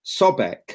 sobek